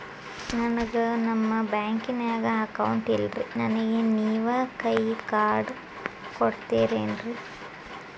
ನನ್ಗ ನಮ್ ಬ್ಯಾಂಕಿನ್ಯಾಗ ಅಕೌಂಟ್ ಇಲ್ರಿ, ನನ್ಗೆ ನೇವ್ ಕೈಯ ಕಾರ್ಡ್ ಕೊಡ್ತಿರೇನ್ರಿ?